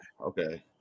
Okay